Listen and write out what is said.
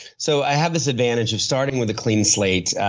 so i have this advantage of starting with a clean slate,